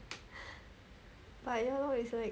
but ya lor it's like